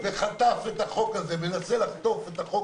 וחטף את החוק הזה, מנסה לחטוף את החוק